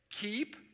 keep